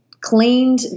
cleaned